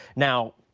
now,